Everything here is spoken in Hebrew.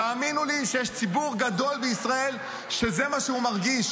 תאמינו לי שיש ציבור גדול בישראל שזה מה שהוא מרגיש.